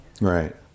Right